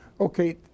Okay